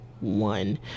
one